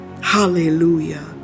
hallelujah